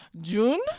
June